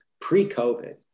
pre-COVID